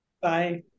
Bye